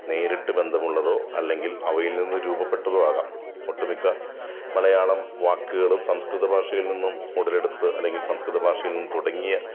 നേരിട്ട് ബന്ധമുള്ളതോ അല്ലങ്കിൽ അവയിൽ നിന്ന് രൂപപെട്ടതോ ആകാം ഒട്ടു മിക്കമലയാളവാക്കുകളും സംസ്കൃതഭാഷയിൽ നിന്നും ഉടലെടുത്ത് അല്ലങ്കിൽ സംസ്കൃതഭാഷയിൽ നിന്ന് തുടങ്ങിയ